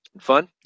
Fun